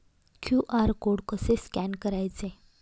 QR code कसे scan करायचे?